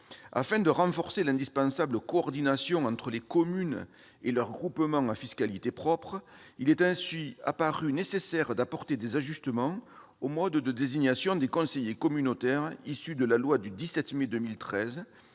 Afin de renforcer l'indispensable coordination entre les communes et leurs groupements à fiscalité propre, il est apparu nécessaire d'apporter des ajustements au mode de désignation des conseillers communautaires issu de la loi du 17 mai 2013,